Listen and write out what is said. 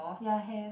ya have